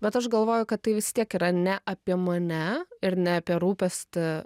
bet aš galvoju kad tai vis tiek yra ne apie mane ir ne apie rūpestį